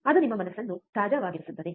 ಅದು ನಿಮ್ಮ ಮನಸ್ಸನ್ನು ತಾಜಾವಾಗಿರಿಸುತ್ತದೆ